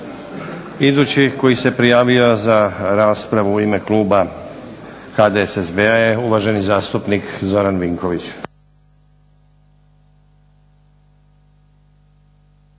Idući koji se prijavio za raspravu u ime kluba HDSSB-a je uvaženi zastupnik Zoran Vinković.